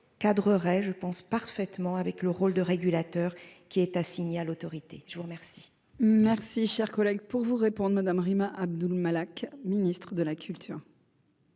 cadreur et je pense parfaitement avec le rôle de régulateur qui est assignée à l'autorité, je vous remercie. Merci, cher collègue, pour vous répondre madame Rima Abdul-Malak Ministre de la culture.